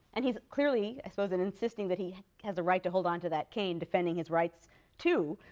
and he's clearly i suppose in insisting that he has a right to hold on to that cane defending his rights too.